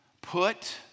put